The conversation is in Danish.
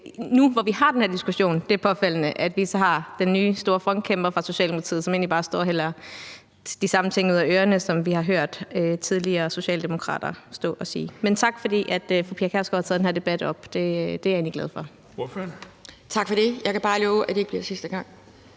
at nu vi har den her diskussion, er det påfaldende, at vi har den nye store frontkæmper fra Socialdemokratiet, som egentlig bare står og hælder de samme ting ud af ørerne, som vi har hørt tidligere socialdemokrater stå og sige. Men tak, fordi fru Pia Kjærsgaard har taget den her debat op. Det er jeg egentlig glad for.